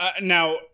now